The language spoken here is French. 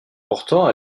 pourtant